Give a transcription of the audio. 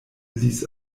ließ